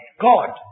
God